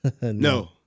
No